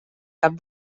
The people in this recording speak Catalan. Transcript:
cap